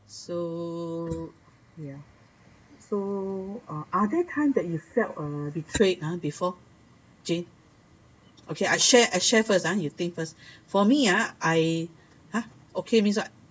so ya so are there that you felt uh betrayed uh before jane okay I share I share first ah you think first for me ah I ha okay means what